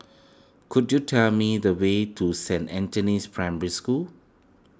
could you tell me the way to Saint Anthony's Primary School